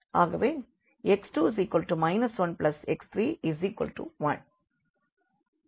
ஆகவே x2 1x31